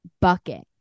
bucket